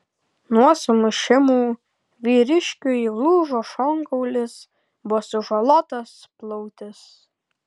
nuo sumušimų vyriškiui lūžo šonkaulis buvo sužalotas plautis